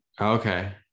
Okay